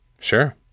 Sure